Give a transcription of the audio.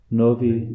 novi